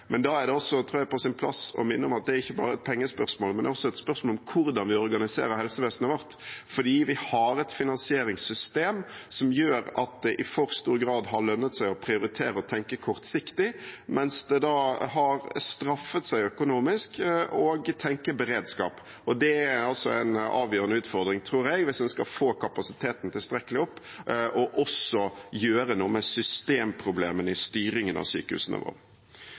Da tror jeg også det er på sin plass å minne om at det ikke bare er et pengespørsmål, men at det også er et spørsmål om hvordan vi organiserer helsevesenet vårt, for vi har et finansieringssystem som gjør at det i for stor grad har lønnet seg å prioritere å tenke kortsiktig, mens det har straffet seg økonomisk å tenke beredskap. Jeg tror det er en avgjørende utfordring, hvis man skal få kapasiteten tilstrekkelig opp, å gjøre noe med systemproblemene i styringen av sykehusene våre.